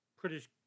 British